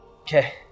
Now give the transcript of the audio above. Okay